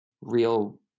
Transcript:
real